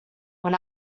when